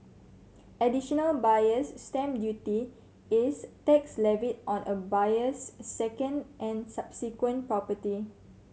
Additional Buyer's Stamp Duty is tax levied on a buyer's second and subsequent property